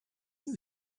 you